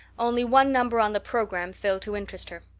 only one number on the program failed to interest her.